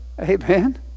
Amen